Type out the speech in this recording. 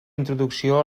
introducció